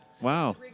Wow